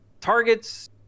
targets